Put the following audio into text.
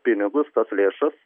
pinigus tas lėšos